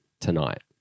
tonight